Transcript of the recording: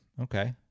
Okay